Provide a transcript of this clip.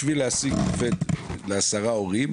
בשביל להעסיק עובד לעשרה הורים,